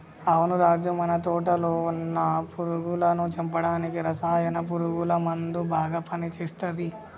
అవును రాజు మన తోటలో వున్న పురుగులను చంపడానికి రసాయన పురుగుల మందు బాగా పని చేస్తది